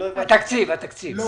התקציב הוא